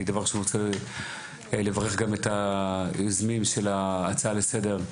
אני דבר ראשון רוצה לברך גם את היוזמים של ההצעה לסדר,